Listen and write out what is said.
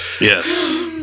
Yes